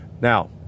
now